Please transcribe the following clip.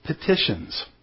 Petitions